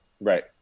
right